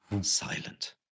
silent